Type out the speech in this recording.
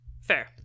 Fair